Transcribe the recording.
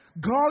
God